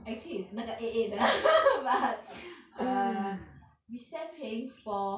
actually is 那个 eight eight 的 but err resent paying for